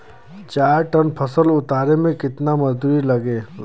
चार टन फसल उतारे में कितना मजदूरी लागेला?